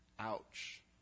Ouch